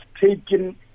taken